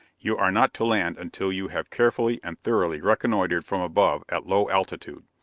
you are not to land until you have carefully and thoroughly reconnoitered from above, at low altitude.